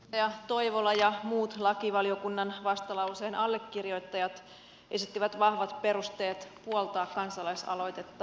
edustaja toivola ja muut lakivaliokunnan vastalauseen allekirjoittajat esittivät vahvat perusteet puoltaa kansalaisaloitetta